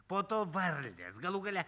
po to varlės galų gale